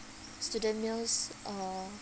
student meals uh